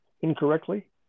incorrectly